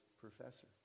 professor